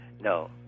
no